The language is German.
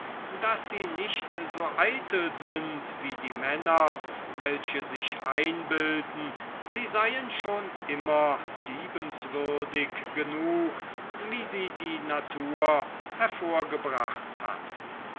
daß sie nicht so eitel sind wie die männer welche sich einbilden sie seien schon immer liebenswürdig genug wie sie die natur hervorgebracht hat